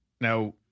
Now